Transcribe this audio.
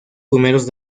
primeros